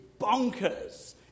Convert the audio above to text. bonkers